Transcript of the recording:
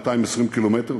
220 קילומטר,